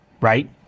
right